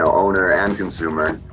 owner and consumer.